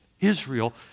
Israel